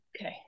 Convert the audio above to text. Okay